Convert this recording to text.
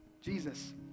Jesus